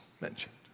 mentioned